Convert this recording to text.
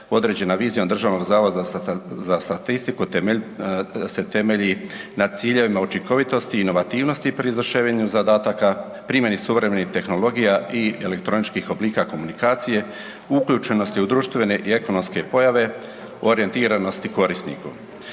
određena vizija Državnog zavoda za statistiku se temelji na ciljevima učinkovitosti i inovativnosti pri izvršavanju zadataka, primjeni suvremenih tehnologija i elektroničkih oblika komunikacije, uključenosti u društvene i ekonomske pojave orijentiranosti korisniku.